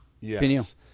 Yes